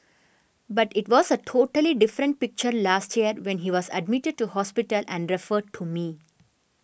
but it was a totally different picture last year when he was admitted to hospital and referred to me